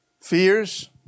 fears